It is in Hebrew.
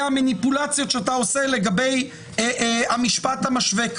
המניפולציות שאתה עושה כאן לגבי המשפט המשווה.